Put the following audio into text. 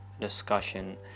discussion